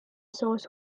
source